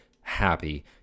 happy